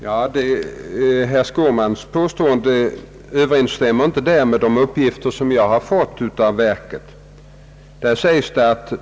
Herr talman! Herr Skårmans påstående överensstämmer inte med de uppgifter som jag har fått av lantmäteristyrelsen.